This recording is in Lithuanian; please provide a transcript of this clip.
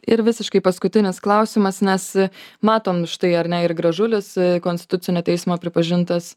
ir visiškai paskutinis klausimas nes matom štai ar ne ir gražulis konstitucinio teismo pripažintas